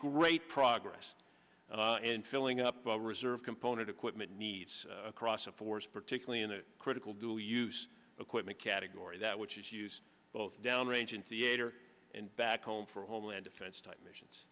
great progress in filling up the reserve component equipment needs across a force particularly in a critical dual use equipment category that which is used both downrange in theater and back home for homeland defense type missions